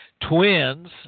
Twins